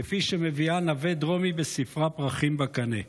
כפי שמביאה נוה דרומי בספרה "פרחים בקנה".